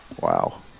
Wow